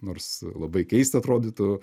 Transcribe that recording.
nors labai keista atrodytų